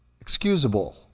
excusable